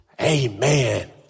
Amen